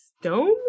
stone